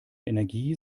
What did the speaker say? energie